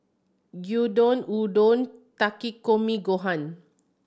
Gyudon Udon Takikomi Gohan